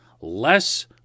less